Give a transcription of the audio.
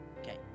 Okay